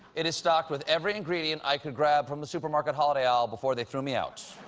it's stocked with every ingredient i could grab from the supermarket holiday aisle before they threw me out.